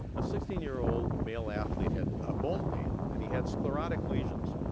a sixteen year old male athlete had a bone pain. and he had sclerotic lesions.